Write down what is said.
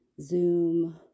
Zoom